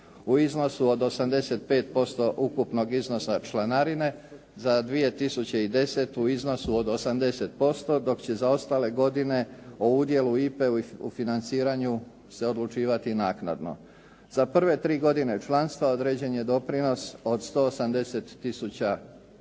u iznosu od 85% ukupnog iznosa članarine, za 2010. u iznosu od 80%, dok će za ostale godine o udjelu IPA-e u financiranju se odlučivati naknadno. Za prve tri godine članstva određen je doprinos od 180 tisuća